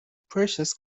precious